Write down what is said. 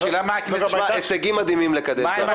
אלה הישגים מדהימים לקדנציה אחת.